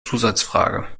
zusatzfrage